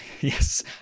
yes